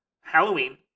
Halloween